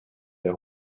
der